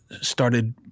started